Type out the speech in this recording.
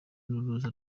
n’uruza